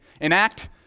enact